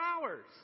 hours